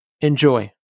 Enjoy